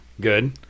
good